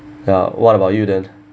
ya what about you then